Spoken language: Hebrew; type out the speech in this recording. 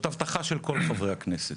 זאת הבטחה של כל חברי הכנסת.